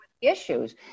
issues